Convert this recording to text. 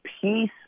peace